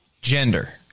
gender